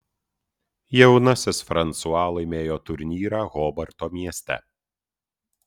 jaunasis fransua laimėjo turnyrą hobarto mieste